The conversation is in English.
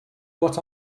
what